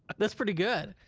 that's pretty good.